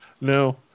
No